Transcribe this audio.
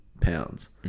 pounds